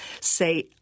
Say